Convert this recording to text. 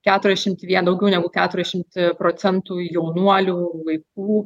keturiasdešimt vien daugiau negu keturiasdešimt procentų jaunuolių vaikų